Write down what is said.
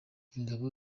ingabo